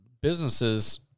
businesses